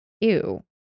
ew